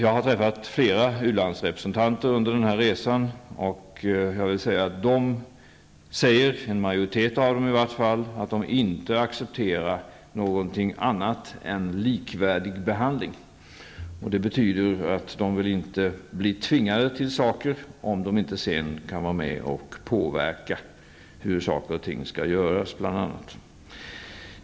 Jag har träffat flera u-landsrepresentanter under min resa, och jag kan säga att i varje fall en majoritet av dem inte accepterar något annat än en likvärdig behandling. Det betyder väl bl.a. att de inte låter sig tvingas till något, om de sedan inte får vara med och påverka hur saker och ting skall göras.